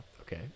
okay